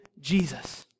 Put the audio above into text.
Jesus